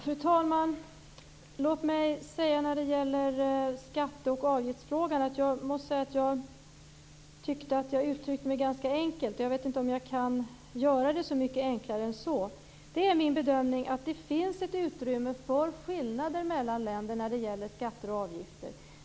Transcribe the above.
Fru talman! Låt mig när det gäller skatte och avgiftsfrågan säga att jag tyckte att jag uttryckte mig ganska enkelt, och jag vet inte om jag kan göra det så mycket enklare än så. Det är min bedömning att det finns ett utrymme för skillnader mellan länder när det gäller skatter och avgifter.